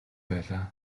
байлаа